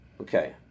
okay